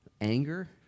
anger